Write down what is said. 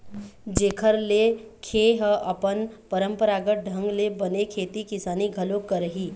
जेखर ले खे ह अपन पंरापरागत ढंग ले बने खेती किसानी घलोक करही